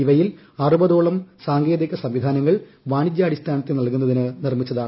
ഇവയിൽ അറുപതോളം സാങ്കേതിക സംവിധാനങ്ങൾ വാണിജ്യാടിസ്ഥാനത്തിൽ നൽകുന്നതിന് നിർമിച്ചതാണ്